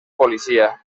policia